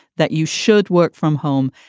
that you should work from home.